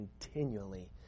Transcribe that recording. continually